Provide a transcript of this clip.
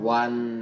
one